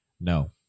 No